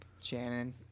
Shannon